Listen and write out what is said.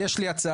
אז יש לי הצעה.